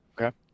Okay